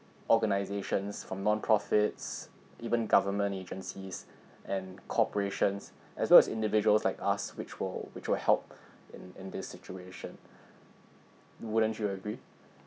organisations from nonprofits even government agencies and corporations as well as individuals like us which will which will help in in this situation wouldn't you agree